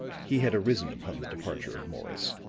he had arisen upon the departure of morris,